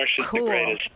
cool